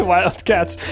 Wildcats